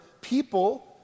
people